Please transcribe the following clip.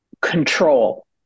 control